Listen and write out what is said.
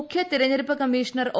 മുഖ്യതെരഞ്ഞെടുപ്പ് commissioner O